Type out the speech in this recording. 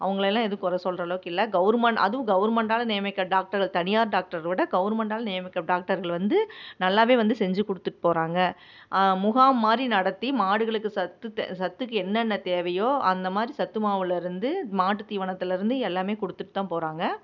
அவங்கள எல்லாம் எதுவும் கொறை சொல்கிற அளவுக்கு இல்லை கவர்மெண்ட் அதுவும் கவர்மெண்ட்டால் நியமிக்கிற டாக்டர்கள் தனியார் டாக்டர் விட கவர்மெண்ட்டால் நியமிக்கப் டாக்டர்கள் வந்து நல்லாவே வந்து செஞ்சு கொடுத்துட்டு போகிறாங்க முகாம் மாதிரி நடத்தி மாடுகளுக்கு சத்து தே சத்துக்கு என்னென்ன தேவையோ அந்த மாதிரி சத்து மாவில் இருந்து மாட்டு தீவனத்தில் இருந்து எல்லாமே கொடுத்துட்டு தான் போகிறாங்க